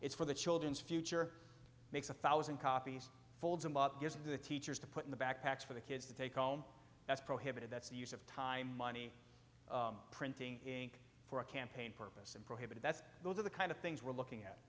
it's for the children's future makes a one thousand copies folds and gives the teachers to put in the backpacks for the kids to take home that's prohibited that's the use of time money printing ink for a campaign purpose and prohibited that's those are the kind of things we're looking at